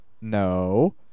No